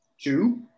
Two